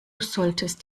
solltest